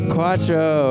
Quattro